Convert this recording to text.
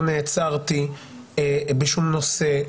לא נעצרתי בשום נושא,